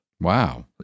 Wow